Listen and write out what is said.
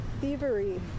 Thievery